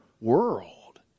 world